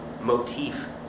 motif